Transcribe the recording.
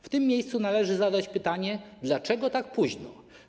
W tym miejscu należy zadać pytanie: Dlaczego tak późno?